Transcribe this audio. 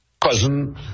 Cousin